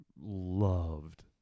loved